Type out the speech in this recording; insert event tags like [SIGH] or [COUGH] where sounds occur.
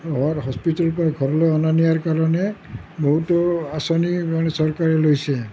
[UNINTELLIGIBLE] হস্পিটেলৰ পৰা ঘৰলৈ অনা নিয়াৰ কাৰণে বহুতো আঁচনি মানে চৰকাৰে লৈছে